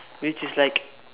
which is like